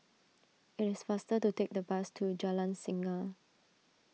it is faster to take the bus to Jalan Singa